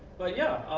but, yeah,